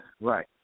Right